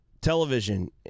television